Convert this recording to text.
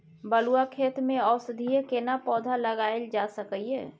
बलुआ खेत में औषधीय केना पौधा लगायल जा सकै ये?